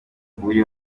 buri